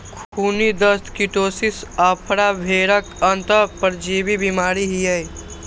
खूनी दस्त, कीटोसिस, आफरा भेड़क अंतः परजीवी बीमारी छियै